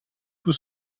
tout